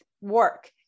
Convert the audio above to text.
work